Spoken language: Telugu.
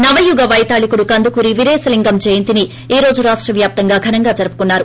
నవయుగ పైతాళికుడు కందుకూరి వీరేశలింగం జయంతిని ఈ రోజు రాష్ట వ్యాప్తంగా ఘనంగా జరుపుకున్నారు